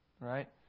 Right